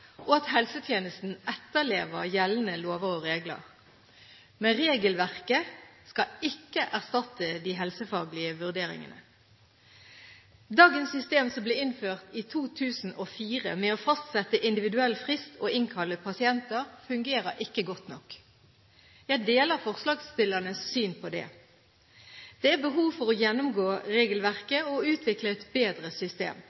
og at helsetjenesten etterlever gjeldende lover og regler. Men regelverket skal ikke erstatte de helsefaglige vurderingene. Dagens system, som ble innført i 2004, med å fastsette individuell frist og innkalle pasienter, fungerer ikke godt nok. Jeg deler forslagsstillernes syn på det. Det er behov for å gjennomgå regelverket og utvikle et bedre system.